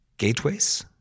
Gateways